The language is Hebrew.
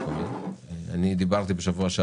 אבל זה כן תיקון חקיקה.